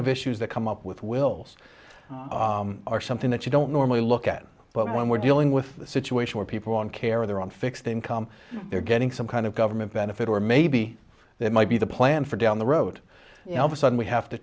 of issues that come up with wills are something that you don't normally look at but when we're dealing with a situation where people on care are there on fixed income they're getting some kind of government benefit or maybe that might be the plan for down the road of a sudden we have to